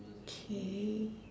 okay